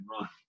run